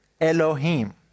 Elohim